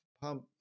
pump